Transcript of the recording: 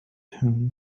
whom